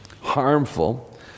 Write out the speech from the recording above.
harmful